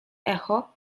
echo